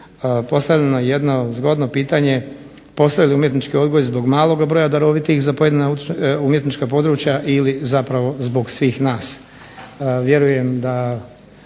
postavljeno jedno zgodno pitanje – postoji li umjetnički odgoj zbog maloga broja darovitih za pojedina umjetnička područja ili zapravo zbog svih nas?